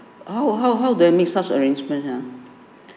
how how they such arrangements ha